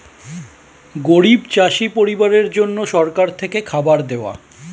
গরিব চাষি পরিবারের জন্য সরকার থেকে খাবার দেওয়া